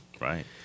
Right